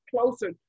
closer